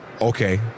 okay